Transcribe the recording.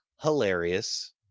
hilarious